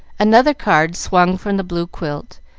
another card swung from the blue quilt,